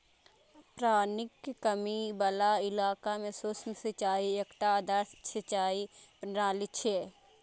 पानिक कमी बला इलाका मे सूक्ष्म सिंचाई एकटा आदर्श सिंचाइ प्रणाली छियै